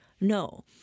No